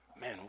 man